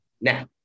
Now